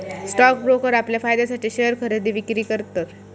stock broker आपल्या फायद्यासाठी share खरेदी विक्री करतत